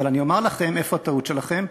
אבל אני אומר לכם איפה הטעות שלכם,